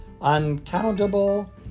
uncountable